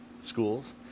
schools